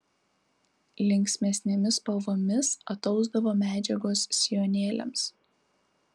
linksmesnėmis spalvomis atausdavo medžiagos sijonėliams